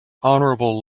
honorable